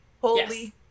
Holy